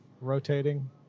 rotating